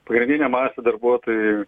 pagrindinę masę darbuotojų